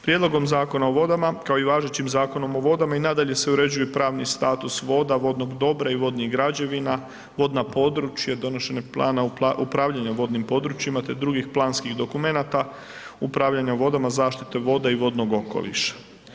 Prijedlogom Zakon o vodama kao i važećim Zakonom o vodama i nadalje se uređuju pravni status voda, vodnog dobra, i vodnih građevina, vodna područja, donošenje plana upravljanja vodnim područjima te drugih planskih dokumenata upravljanja vodama, zaštite voda i vodnog okoliša.